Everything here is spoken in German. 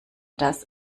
das